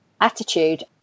attitude